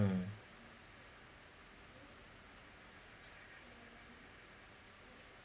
mm